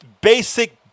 basic